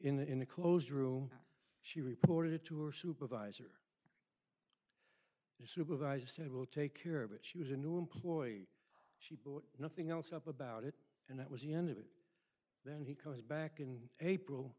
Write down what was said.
mark in a closed room she reported it to her supervisor the supervisor said we'll take your bit she was a new employee she brought nothing else up about it and that was the end of it then he comes back in april